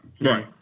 right